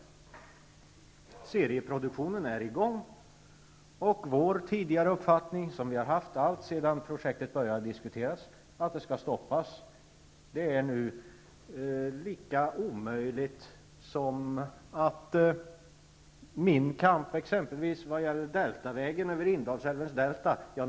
Serieproduktionen är i gång, och vår tidigare uppfattning, som vi har haft alltsedan projektet började diskuteras, nämligen att det skall stoppas, är nu lika omöjligt som exempelvis ett fortsättande av min kamp mot att dra en väg, deltavägen, över Inlandsälvens delta.